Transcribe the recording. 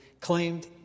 claimed